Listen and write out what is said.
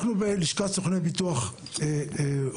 אנחנו בלשכת סוכני הביטוח חושבים,